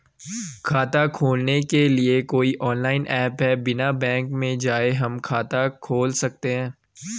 खाता खोलने के लिए कोई ऑनलाइन ऐप है बिना बैंक जाये हम खाता खोल सकते हैं?